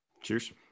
Cheers